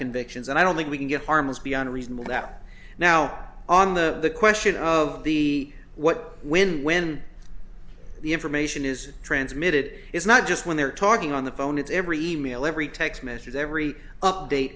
convictions and i don't think we can get harmless beyond reasonable doubt now on the question of the what when when the information is transmitted it's not just when they're talking on the phone it's every e mail every